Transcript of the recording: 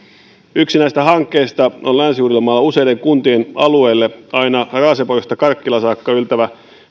yksi näistä hankkeista on länsi uudellamaalla useiden kuntien alueelle aina raaseporista karkkilaan saakka yltävä